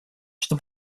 что